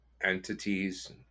entities